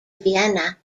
vienna